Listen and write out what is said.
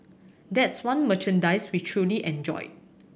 that's one merchandise we truly enjoyed